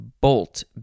BOLT